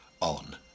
on